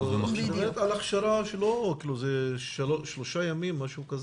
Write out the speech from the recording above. אבל את מדברת על הכשרה, זה שלושה ימים, משהו כזה?